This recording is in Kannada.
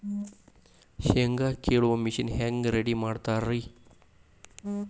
ಶೇಂಗಾ ಕೇಳುವ ಮಿಷನ್ ಹೆಂಗ್ ರೆಡಿ ಮಾಡತಾರ ರಿ?